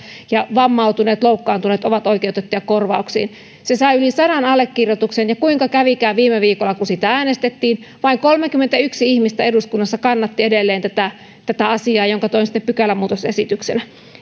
ja vammautuneet loukkaantuneet ovat oikeutettuja korvauksiin se sai yli sadan allekirjoituksen ja kuinka kävikään viime viikolla kun siitä äänestettiin vain kolmekymmentäyksi ihmistä eduskunnassa kannatti edelleen tätä tätä asiaa jonka toin sitten pykälänmuutosesityksenä